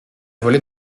volé